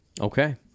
Okay